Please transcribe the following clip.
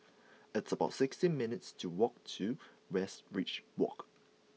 it's about sixteen minutes to walk to Westridge Walk